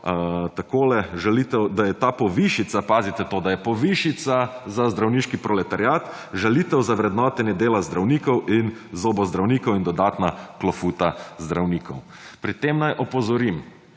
takole, žaljitev da je ta povišica, pazite to, da je povišica za zdravniški proletariat žalitev za vrednotenje dela zdravnikov in zobozdravnikov in dodatna klofuta zdravnikov. Pri tem naj opozorim,